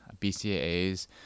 BCAAs